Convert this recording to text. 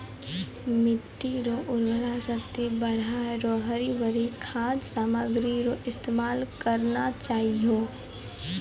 मिट्टी रो उर्वरा शक्ति बढ़ाएं रो हरी भरी खाद सामग्री रो इस्तेमाल करना चाहियो